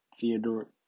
Theodore